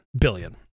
billion